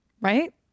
right